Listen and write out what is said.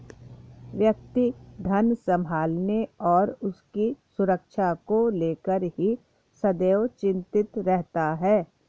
व्यक्ति धन संभालने और उसकी सुरक्षा को लेकर ही सदैव चिंतित रहता है